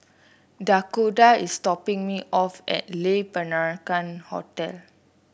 Dakoda is dropping me off at Le Peranakan Hotel